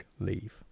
leave